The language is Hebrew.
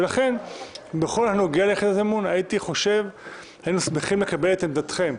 ולכן בכל הנוגע ליחידת מימון היינו שמחים לקבל את עמדתכם.